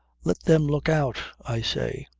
let them look out i say!